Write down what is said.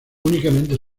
únicamente